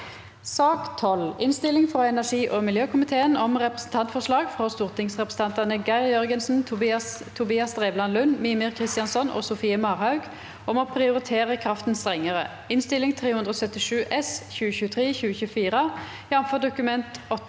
Innstilling fra energi- og miljøkomiteen om Repre- sentantforslag fra stortingsrepresentantene Geir Jørgen- sen, Tobias Drevland Lund, Mímir Kristjánsson og Sofie Marhaug om å prioritere kraften strengere (Innst. 377 S (2023–2024), jf. Dokument